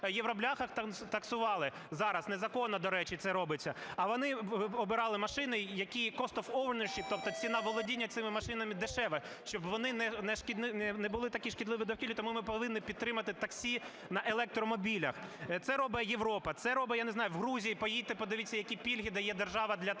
"євробляхах" таксували (зараз незаконно, до речі, це робиться), а вони обирали машини, які cost of ownership, тобто ціна володіння цими машинами дешева, щоб вони не були такі шкідливі довкіллю. Тому ми повинні підтримати таксі на електромобілях. Це робить Європа. Це робить, я не знаю, в Грузії поїдьте подивіться, які пільги дає держава для таксистів,